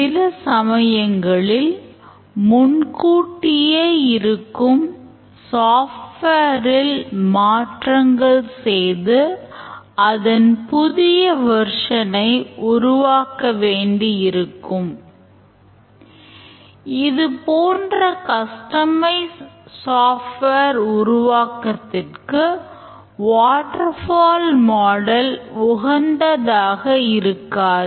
சில சமயங்களில் முன்கூட்டியே இருக்கும் சாப்ட்வேரில் உகந்ததாக இருக்காது